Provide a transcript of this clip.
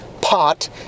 pot